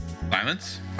Silence